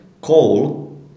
coal